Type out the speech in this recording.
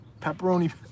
pepperoni